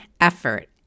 effort